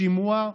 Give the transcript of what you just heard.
שימוע,